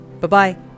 Bye-bye